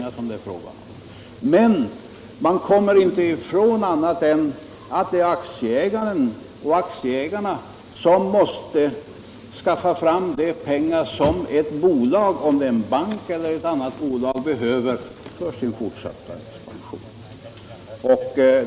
Men man kommer inte ifrån att det är aktieägarna som måste skaffa fram de pengar som ett bolag — det må vara en bank eller ett annat företag — behöver för sin fortsatta expansion.